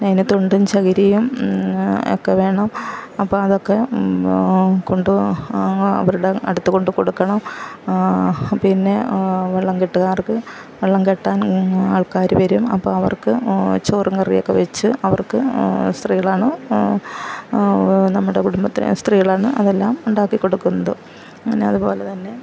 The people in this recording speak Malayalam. അതിന് തുണ്ടും ചകിരിയും ഒക്കെ വേണം അപ്പോൾ അതൊക്കെ കൊണ്ട് അവരുടെ അടുത്തുകൊണ്ട് കൊടുക്കണം പിന്നെ വള്ളം കെട്ടുകാർക്ക് വള്ളം കെട്ടാൻ ആൾക്കാര് വരും അപ്പോൾ അവർക്ക് ചോറും കറിയൊക്കെ വെച്ച് അവർക്ക് സ്ത്രീകളാണ് നമ്മുടെ കുടുംബത്തിലെ സ്ത്രീകളാണ് അതെല്ലാം ഉണ്ടാക്കികൊടുക്കുന്നത് പിന്നെ അതുപോലെതന്നെ